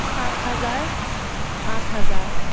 সাত হাজাৰ আঠ হাজাৰ